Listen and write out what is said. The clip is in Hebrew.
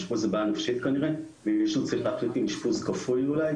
יש פה איזה בעיה נפשית כנראה ומישהו צריך להחליט אם אשפוז כפוי אולי,